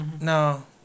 No